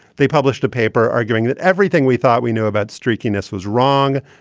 they published a paper arguing that everything we thought we knew about streaking this was wrong.